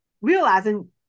realizing